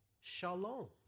Shalom